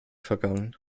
vergangen